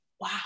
wow